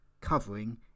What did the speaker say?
covering